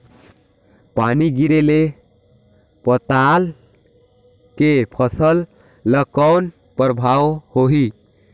पानी गिरे ले पताल के फसल ल कौन प्रभाव होही?